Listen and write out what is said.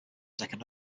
second